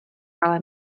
ale